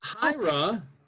Hira